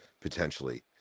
potentially